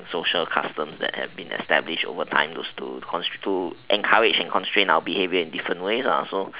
social customs that have been established over time is to to encourage and constrain our behaviours in many ways ah